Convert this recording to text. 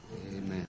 Amen